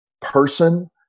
person